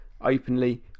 openly